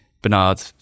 Bernard